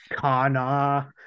Kana